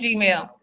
Gmail